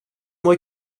moi